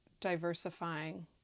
diversifying